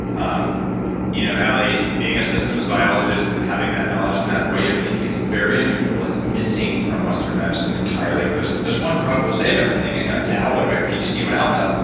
um you know ally being a systems biologist and having that knowledge and that way of thinking is very unusual. it's missing from western medicine entirely where there's so there's one drug will save everything and you're like, yeah, what about your pgc one alpha?